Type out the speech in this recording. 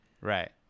Right